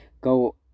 go